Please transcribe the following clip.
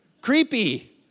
Creepy